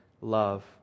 love